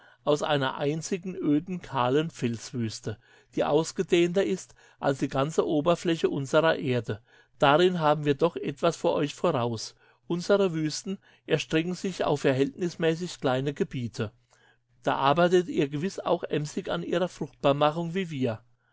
aus einer einzigen öden kahlen felswüste die ausgedehnter ist als die ganze oberfläche unserer erde darin haben wir doch etwas vor euch voraus unsere wüsten erstrecken sich auf verhältnismäßig kleine gebiete da arbeitet ihr gewiß auch emsig an ihrer fruchtbarmachung wie wir